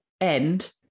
end